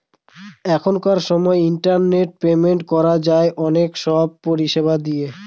এখনকার সময় internet payment করা যায় অনেক সব পরিষেবা দিয়ে